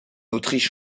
autriche